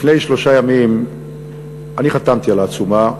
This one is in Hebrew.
לפני שלושה ימים חתמתי על העצומה.